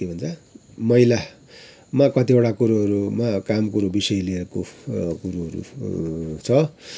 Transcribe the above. के भन्छ महिलामा कतिवटा कुरोहरूमा काम कुरो विषय लिएको कुरोहरू छ